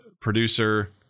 producer